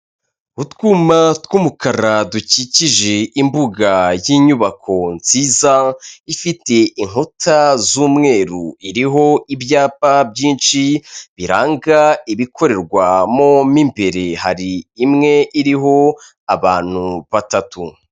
Utwuma tw'umukara dukikije imbuga y'inyubako nziza, ifite inkuta z'umweru, iriho ibyapa byinshi biranga ibikorerwa mo imbere, hari imwe iriho abantu batatu.